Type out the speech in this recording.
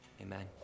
Amen